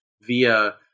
via